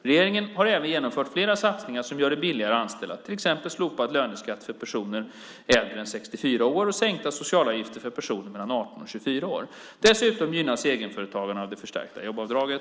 Regeringen har även genomfört flera satsningar som gör det billigare att anställa, till exempel slopad löneskatt för personer äldre än 64 år och sänkta socialavgifter för personer mellan 18 och 24 år. Dessutom gynnas egenföretagarna av det förstärkta jobbskatteavdraget.